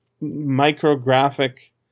micrographic